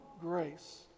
grace